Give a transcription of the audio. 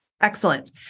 Excellent